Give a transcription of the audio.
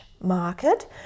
market